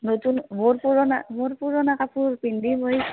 নতুন মোৰ পুৰণা মোৰ পুৰণা কাপোৰ পিন্ধি মই